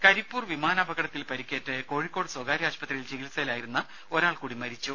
ഒരു കരിപ്പൂർവിമാനപകടത്തിൽ പരിക്കേറ്റ് കോഴിക്കോട് സ്വകാര്യ ആശുപത്രിയിൽ ചികിത്സയിലായിരുന്ന ഒരാൾ കൂടി മരിച്ചു